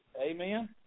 Amen